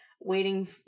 waiting